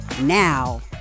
now